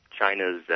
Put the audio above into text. China's